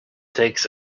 takes